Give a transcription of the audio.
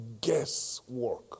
guesswork